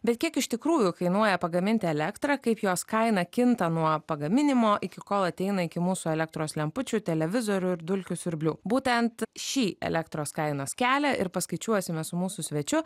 bet kiek iš tikrųjų kainuoja pagaminti elektrą kaip jos kaina kinta nuo pagaminimo iki kol ateina iki mūsų elektros lempučių televizorių ir dulkių siurblių būtent šį elektros kainos kelią ir paskaičiuosime su mūsų svečiu